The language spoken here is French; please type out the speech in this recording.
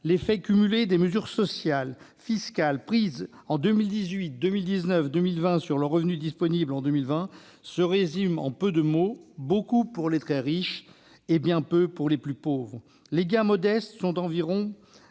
l'effet cumulé des mesures fiscales et sociales prises en 2018, 2019 et 2020 sur le revenu disponible en 2020 se résume en peu de mots : beaucoup pour les très riches et bien peu pour les plus pauvres. Les gains sont modestes pour environ